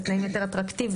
תנאים יותר אטרקטיביים.